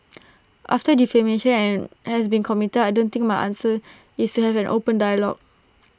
after defamation and has been committed I don't think my answer is to have an open dialogue